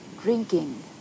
Drinking